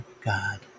God